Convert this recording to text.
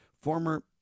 former